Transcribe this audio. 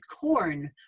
corn